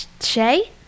Shay